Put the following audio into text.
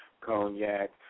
Cognac